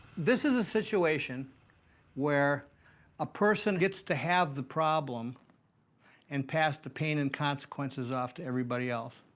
this is a situation where a person gets to have the problem and pass the pain and consequences off to everybody else,